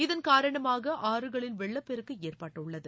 இதன்காரணமாக ஆறுகளில் வெள்ளப்பெருக்கு ஏற்பட்டுள்ளது